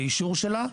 לאישור שלה.